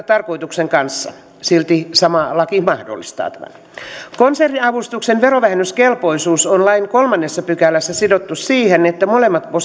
tarkoituksen kanssa silti sama laki mahdollistaa tämän konserniavustuksen verovähennyskelpoisuus on lain kolmannessa pykälässä sidottu siihen että molemmat